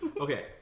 Okay